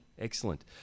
Excellent